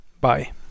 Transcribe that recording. Bye